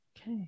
Okay